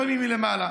לפעמים מלמעלה.